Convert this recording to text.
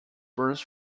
burst